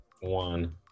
one